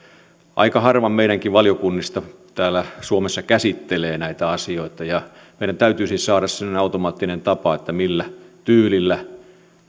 aika harva meidänkin valiokunnistamme täällä suomessa käsittelee näitä asioita ja meidän täytyisi saada semmoinen automaattinen tapa millä tyylillä